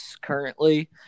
currently